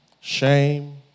shame